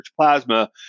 plasma